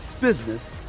business